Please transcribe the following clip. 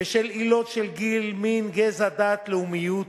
בשל עילות של גיל, מין, גזע, דת, לאומיות,